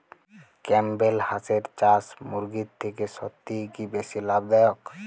Campbell হাঁসের চাষ মুরগির থেকে সত্যিই কি বেশি লাভ দায়ক?